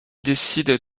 décide